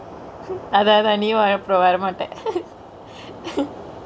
அதா அதா நீயு அப்ரோ வர மாட்ட:athaa athaa neeyu apro vare maatte